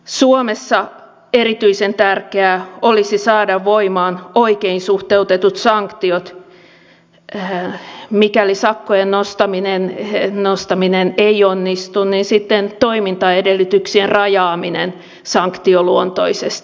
suomessa erityisen tärkeää olisi saada voimaan oikein suhteutetut sanktiot mikäli sakkojen nostaminen ei onnistu niin sitten toimintaedellytyksien rajaaminen sanktioluontoisesti